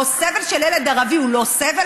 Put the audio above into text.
או סבל של ילד ערבי הוא לא סבל?